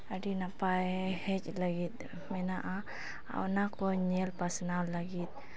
ᱟᱹᱰᱤ ᱱᱟᱯᱟᱭ ᱦᱮᱡᱽ ᱞᱟᱹᱜᱤᱫ ᱢᱮᱱᱟᱜᱼᱟ ᱟᱨ ᱚᱱᱟ ᱠᱚ ᱧᱮᱞ ᱯᱟᱥᱱᱟᱣ ᱞᱟᱹᱜᱤᱫ